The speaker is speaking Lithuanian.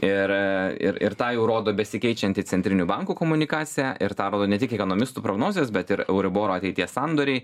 ir ir ir tą jau rodo besikeičianti centrinių bankų komunikacija ir tą rodo ne tik ekonomistų prognozės bet ir euriboro ateities sandoriai